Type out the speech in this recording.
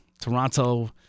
Toronto